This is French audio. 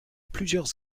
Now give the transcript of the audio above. plusieurs